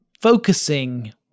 focusing